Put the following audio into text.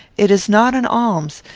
it is not an alms,